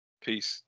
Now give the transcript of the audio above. Peace